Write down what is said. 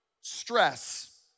stress